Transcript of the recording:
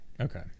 Okay